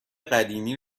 قدیمی